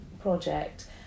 project